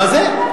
מה זה?